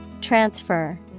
Transfer